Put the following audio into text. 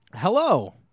Hello